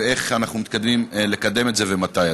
ואיך אנחנו מתכוונים לקדם את זה ומתי,